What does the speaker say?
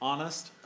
Honest